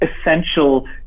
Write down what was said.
essential